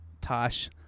Tosh